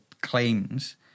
claims